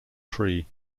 tree